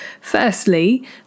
Firstly